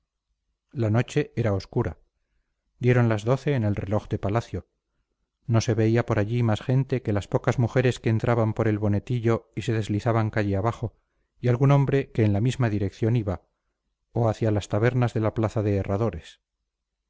la noche era obscura dieron las doce en el reloj de palacio no se veía por allí más gente que las pocas mujeres que entraban por el bonetillo y se deslizaban calle abajo y algún hombre que en la misma dirección iba o hacia las tabernas de la plaza de herradores